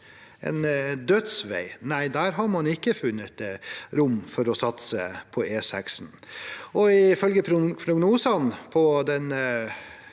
en dødsvei – nei, der har man ikke funnet rom for å satse på E6. Ifølge prognosene på den